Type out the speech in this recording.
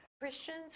Christians